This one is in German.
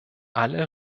alle